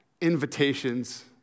invitations